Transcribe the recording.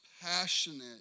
passionate